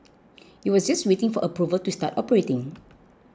it was just waiting for approval to start operating